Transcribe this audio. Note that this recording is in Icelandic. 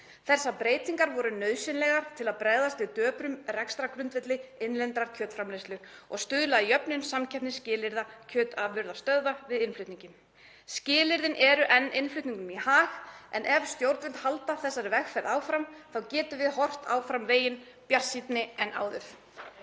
Þessar breytingar voru nauðsynlegar til að bregðast við döprum rekstrargrundvelli innlendrar kjötframleiðslu og stuðla að jöfnun samkeppnisskilyrða kjötafurðastöðva við innflutninginn. Skilyrðin eru enn innflutningnum í hag en ef stjórnvöld halda þessari vegferð áfram þá getum við horft áfram veginn bjartsýnni en áður.